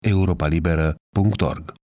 Europalibera.org